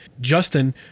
Justin